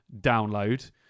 Download